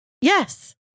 Yes